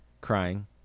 Crying